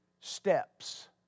steps